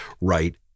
right